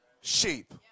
sheep